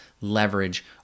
leverage